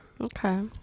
Okay